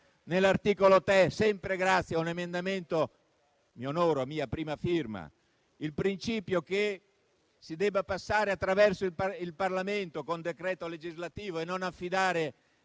all'articolo 3, sempre grazie a un emendamento che mi onoro di aver sottoscritto per primo, il principio che si debba passare attraverso il Parlamento con decreto legislativo e non affidarsi